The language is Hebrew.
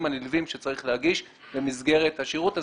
הנלווים שצריך להגיש במסגרת השירות הזה,